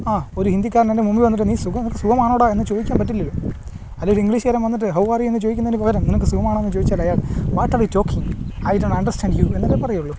ആ ഒരു ഹിന്ദിക്കാരൻ എന്റെ മുമ്പിൽ വന്നിട്ട് നീ സുഖം നിനക്ക് സുഖമാണോടാ എന്ന് ചോദിക്കാൻ പറ്റില്ലല്ലോ അല്ലേൽ ഒരു ഇംഗ്ലീഷ്കാരന് വന്നിട്ട് ഹൌ ആര് യു എന്ന് ചോദിക്കുന്നതിന് പകരം നിനക്ക് സുഖമാണോന്ന് ചോദിച്ചാൽ അയാള് what are you talking I don't understand you എന്നല്ലേ പറയുള്ളൂ